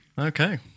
Okay